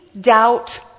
doubt